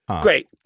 Great